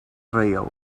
raïl